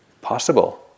possible